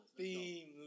theme